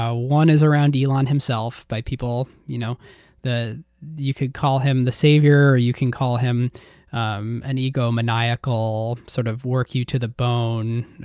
ah one is around elon himself by people. you know you could call him the savior or you can call him um an egomaniacal, sort of work you to the bone,